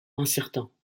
incertain